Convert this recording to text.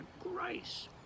grace